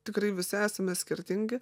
tikrai visi esame skirtingi